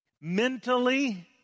mentally